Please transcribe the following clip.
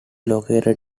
located